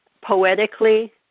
poetically